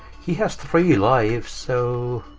he has three lives, so,